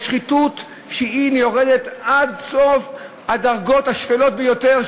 לשחיתות שיורדת עד סוף הדרגות השפלות ביותר,